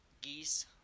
geese